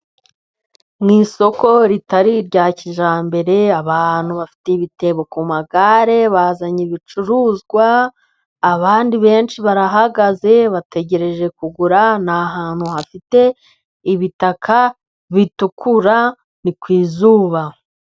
Mu isoko ritari irya kijyambere, abantu bafite ibitebo ku magare bazanye ibicuruzwa, abandi benshi barahagaze bategereje kugura, ni ahantu hafite ibitaka bitukura, ni ku izuba.